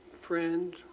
friend